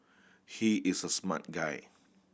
he is a smart guy